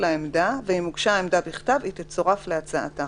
לעמדה ואם הוגשה העמדה בכתב היא תצורף להצעת ההחלטה.